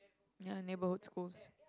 ya neighbourhood schools